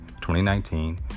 2019